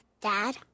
Dad